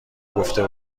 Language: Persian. گفته